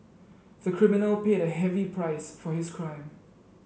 the criminal paid a heavy price for his crime